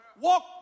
walk